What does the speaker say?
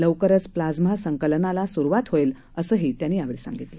लवकरच प्लाझ्मा संकलनाला सुरुवात होईल असंही ते म्हणाले